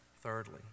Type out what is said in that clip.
thirdly